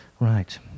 Right